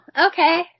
okay